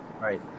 Right